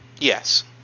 Yes